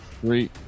three